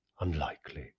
unlikely